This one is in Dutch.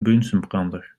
bunsenbrander